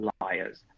liars